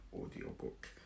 audiobook